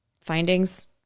findings